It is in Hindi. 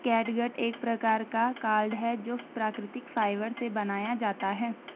कैटगट एक प्रकार का कॉर्ड है जो प्राकृतिक फाइबर से बनाया जाता है